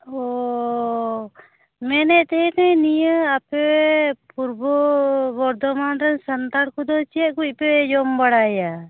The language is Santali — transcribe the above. ᱚᱻ ᱢᱮᱱᱮᱫ ᱛᱟᱦᱮᱱᱟᱹᱧ ᱱᱤᱭᱟᱹ ᱟᱯᱮ ᱯᱩᱨᱵᱚ ᱵᱚᱨᱫᱷᱚᱢᱟᱱ ᱨᱮᱱ ᱥᱟᱱᱛᱟᱲ ᱠᱚᱫᱚ ᱪᱮᱫ ᱠᱚᱯᱮ ᱡᱚᱢ ᱵᱟᱲᱟᱭᱟ